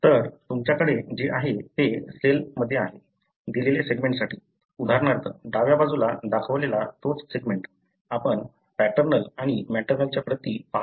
तर तुमच्याकडे जे आहे ते सेलमध्ये आहे दिलेल्या सेगमेंटसाठी उदाहरणार्थ डाव्या बाजूला दाखवलेला तोच सेगमेंट आपण पॅटर्नल आणि मॅटर्नलच्या प्रती पाहत आहोत